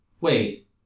wait